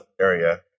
area